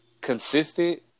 consistent